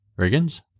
Riggins